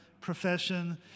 profession